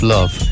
Love